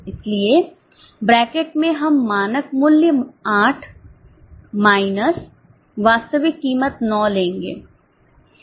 इसलिए ब्रैकेट में हम मानक मूल्य 8 माइनस वास्तविक कीमत 9 लेंगे